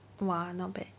!wah! not bad